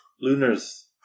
Lunars